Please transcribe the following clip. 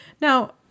Now